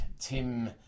Tim